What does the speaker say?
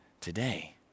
today